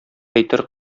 әйтер